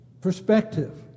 perspective